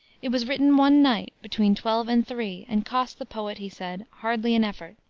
it was written one night between twelve and three, and cost the poet, he said, hardly an effort.